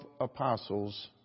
apostles